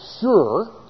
sure